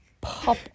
pop